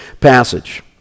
passage